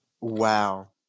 Wow